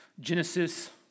Genesis